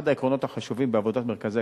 אחד העקרונות החשובים בעבודת מרכזי